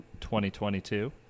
2022